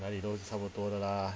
哪里都是差不多的 lah